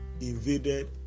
invaded